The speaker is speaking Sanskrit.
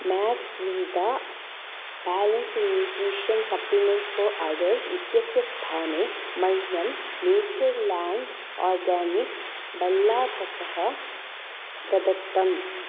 Maxvida balanced nutrition supplement for adult इत्यस्य स्थाने मह्यं नेचर्लाण्ड् आर्गानिक्स् भल्लातकः प्रदत्तम्